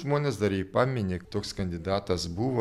žmonės dar jį pamini toks kandidatas buvo